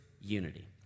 unity